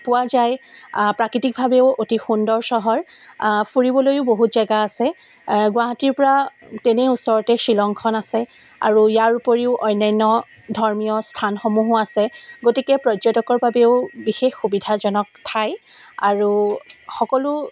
পোৱা যায় প্ৰাকৃতিকভাৱেও অতি সুন্দৰ চহৰ ফুৰিবলৈয়ো বহুত জেগা আছে গুৱাহাটীৰ পৰা তেনেই ওচৰতে শ্বিলংখন আছে আৰু ইয়াৰ উপৰিও অন্যান্য ধৰ্মীয় স্থানসমূহো আছে গতিকে পৰ্যটকৰ বাবেও বিশেষ সুবিধাজনক ঠাই আৰু সকলো